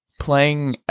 playing